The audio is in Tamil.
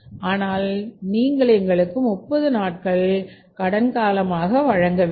ஆனால் நீங்கள் எங்களுக்கு 30 நாட்களை கடன் காலமாக வழங்க வேண்டும்